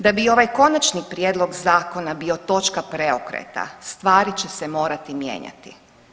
Da bi ovaj Konačni prijedlog zakona bio točka preokreta, stvari će se morati mijenjati.